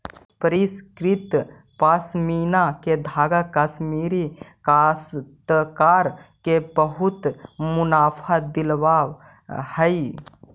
परिष्कृत पशमीना के धागा कश्मीरी काश्तकार के बहुत मुनाफा दिलावऽ हई